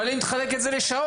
אבל תחלק את זה לשעות.